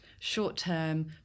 short-term